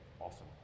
Awesome